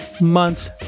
months